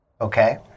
Okay